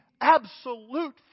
absolute